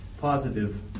positive